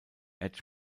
edge